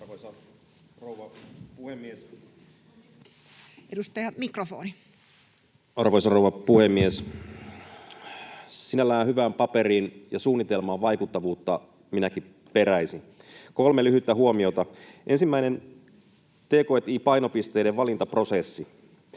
on kiinni] — Edustaja, mikrofoni. Arvoisa rouva puhemies! Sinällään hyvän paperin ja suunnitelman vaikuttavuutta minäkin peräisin. Kolme lyhyttä huomiota: Ensimmäinen, t&k&i-painopisteiden valintaprosessi: